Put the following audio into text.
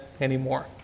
anymore